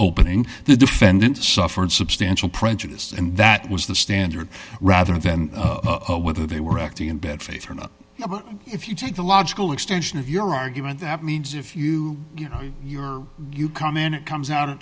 opening the defendant suffered substantial prejudice and that was the standard rather than whether they were acting in bad faith or not if you take the logical extension of your argument that means if you you know you're you come in it comes out